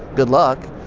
good luck.